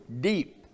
deep